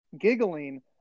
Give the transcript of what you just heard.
giggling